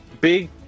big